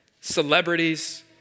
Celebrities